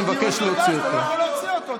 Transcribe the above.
אני מבקש ממך לעזוב את זה.